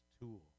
tool